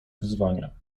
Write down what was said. wyzwania